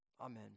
amen